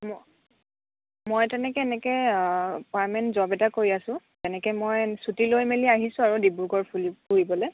মই তেনেকে এনেকে পাৰ্মানেণ্ট জব এটা কৰি আছোঁ তেনেকে মই ছুটী লৈ মেলি আহিছোঁ আৰু ডিব্ৰুগড় ফুলি ফুৰিবলৈ